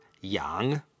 yang